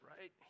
right